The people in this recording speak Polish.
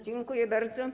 Dziękuję bardzo.